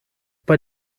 bei